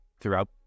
throughout